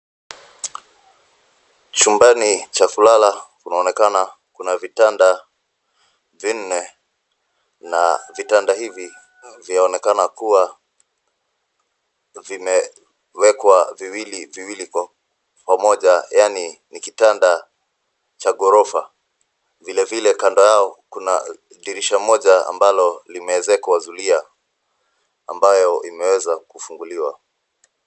Chumbani cha kulala kunaonekana kuna vitanda vinne na vitanda hivi vyaonekana kuwa vimewekwa viwili viwili kwa pamoja; yaani ni kitanda cha gorofa. Vilevile kando yao kuna dirisha moja limeezekwa zulia ambayo imeweza kufunguliwa.